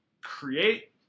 create